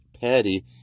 Patty